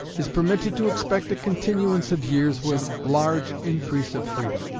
is permitted to expect a continuance of years with large increase of freedom.